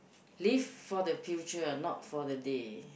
live for the future not for the day